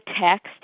text